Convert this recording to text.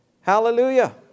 Hallelujah